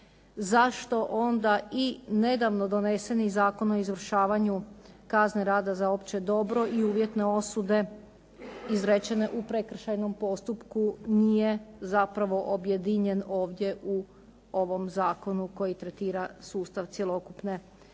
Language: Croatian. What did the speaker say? zašto onda i nedavno doneseni Zakon o izvršavanju kazne rada za opće dobro i uvjetne osude izrečene u prekršajnom postupku nije zapravo objedinjen ovdje u ovom zakonu koji tretira sustav cjelokupne